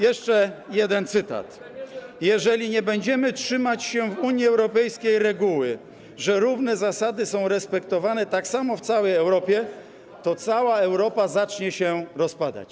Jeszcze jeden cytat: Jeżeli nie będziemy trzymać się w Unii Europejskiej reguły, że równe zasady są respektowane tak samo w całej Europie, to cała Europa zacznie się rozpadać.